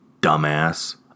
dumbass